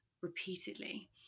repeatedly